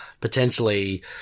potentially